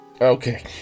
Okay